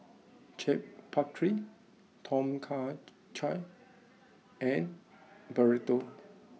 Chaat Papri Tom Kha Gai and Burrito